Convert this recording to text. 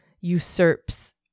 usurps